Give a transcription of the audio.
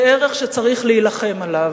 זה ערך שצריך להילחם עליו,